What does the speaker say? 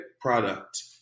product